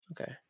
Okay